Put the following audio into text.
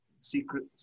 secret